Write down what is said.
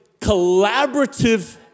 collaborative